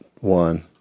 one